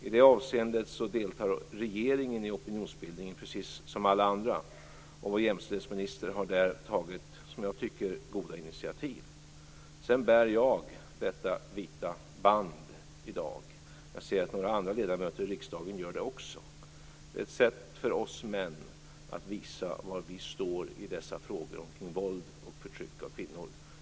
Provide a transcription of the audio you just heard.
I det avseendet deltar regeringen i opinionsbildningen precis som alla andra, och vår jämställdhetsminister har tagit initiativ som jag tycker är goda. Sedan bär jag ett vitt band på min kavaj i dag, och jag ser att några ledamöter i riksdagen gör det också. Det är ett sätt för oss män att visa var vi står i dessa frågor om våld och förtryck av kvinnor.